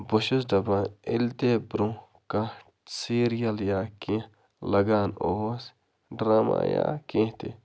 بہٕ چھُس دَپان ییٚلہِ تہِ برٛونٛہہ کانٛہہ سیٖرِیَل یا کیٚنٛہہ لَگان اوس ڈرٛاما یا کیٚنٛہہ تہِ